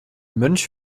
mönch